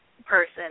person